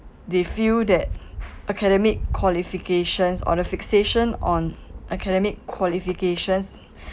they feel that academic qualifications on a fixation on academic qualifications